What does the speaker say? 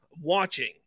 watching